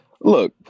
Look